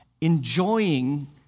enjoying